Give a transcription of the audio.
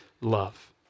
love